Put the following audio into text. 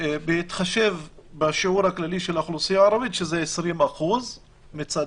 בהתחשב בשיעור הכללי של האוכלוסייה הערבית שהוא 20% מצד